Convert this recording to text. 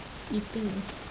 eating